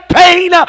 pain